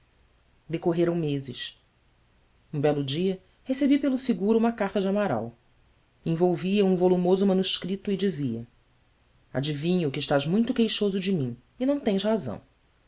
decorreram meses um belo dia recebi pelo seguro uma carta de amaral envolvia um volumoso manuscrito e dizia adivinho que estás muito queixoso de mim e não tens razão